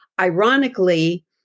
Ironically